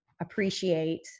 appreciate